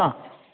ആ